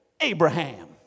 Abraham